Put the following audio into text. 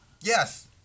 yes